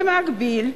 במקביל,